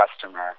customer